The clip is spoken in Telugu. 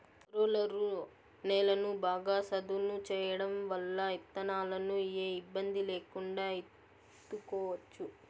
రోలరు నేలను బాగా సదును చేయడం వల్ల ఇత్తనాలను ఏ ఇబ్బంది లేకుండా ఇత్తుకోవచ్చు